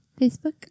Facebook